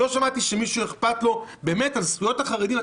לא שמעתי שלמישהו אכפת באמת מזכויות החרדים.